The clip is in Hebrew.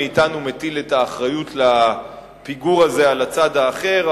כל אחד מאתנו מטיל את האחריות לפיגור הזה על הצד האחר,